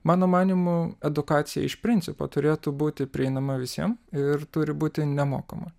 mano manymu edukacija iš principo turėtų būti prieinama visiem ir turi būti nemokama